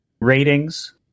ratings